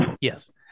Yes